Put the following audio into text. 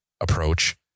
approach